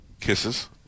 kisses